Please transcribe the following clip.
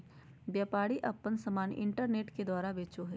व्यापारी आपन समान इन्टरनेट के द्वारा बेचो हइ